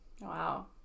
Wow